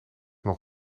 nog